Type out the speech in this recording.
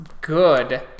good